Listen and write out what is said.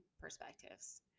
perspectives